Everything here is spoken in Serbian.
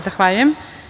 Zahvaljujem.